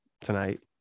tonight